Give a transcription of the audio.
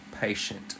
patient